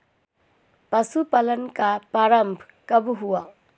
पशुपालन का प्रारंभ कब हुआ?